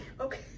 okay